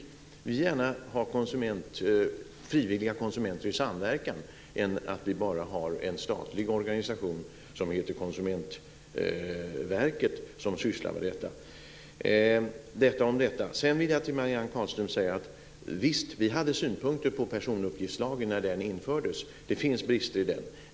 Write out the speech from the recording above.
Vi vill hellre ha frivilliga konsumenter i samverkan än bara en statlig organisation som heter Konsumentverket som sysslar med detta. Detta om detta. Sedan vill jag till Marianne Carlström säga att visst, vi hade synpunkter på personuppgiftslagen när den infördes. Det finns brister i den.